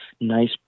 nice